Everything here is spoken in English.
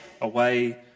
away